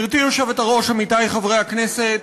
גברתי היושבת-ראש, עמיתי חברי הכנסת,